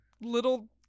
little